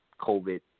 COVID